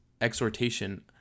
exhortation